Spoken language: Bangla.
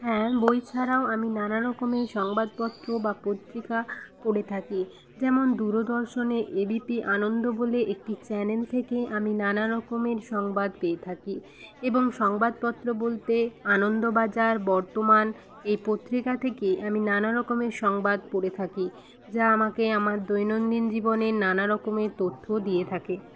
হ্যাঁ বই ছাড়াও আমি নানা রকমের সংবাদপত্র বা পত্রিকা পড়ে থাকি যেমন দূরদর্শনে এবিপি আনন্দ বলে একটি চ্যনেল থেকে আমি নানা রকমের সংবাদপত্র পেয়ে থাকি এবং সংবাদপত্র বলতে আনন্দবাজার বর্তমান এই পত্রিকা থেকে আমি নানা রকমের সংবাদ পড়ে থাকি যা আমাকে আমার দৈনন্দিন জীবনে নানা রকমের তথ্য দিয়ে থাকে